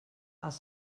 els